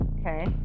Okay